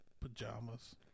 pajamas